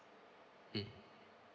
mm